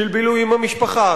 של בילוי עם המשפחה.